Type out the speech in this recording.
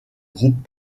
groupe